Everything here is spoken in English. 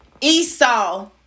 Esau